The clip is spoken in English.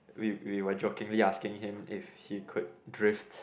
we we jokingly asking him if he could drift